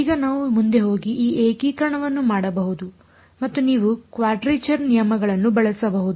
ಈಗ ನಾವು ಮುಂದೆ ಹೋಗಿ ಈ ಏಕೀಕರಣವನ್ನು ಮಾಡಬಹುದು ಮತ್ತು ನೀವು ಕ್ವಾಡ್ರೇಚರ್ ನಿಯಮಗಳನ್ನು ಬಳಸಬಹುದು